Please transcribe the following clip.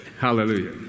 Hallelujah